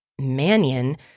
Mannion